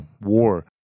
war